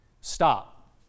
stop